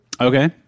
okay